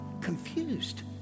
confused